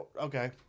okay